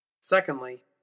Secondly